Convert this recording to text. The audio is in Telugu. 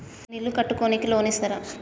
నేను ఇల్లు కట్టుకోనికి లోన్ ఇస్తరా?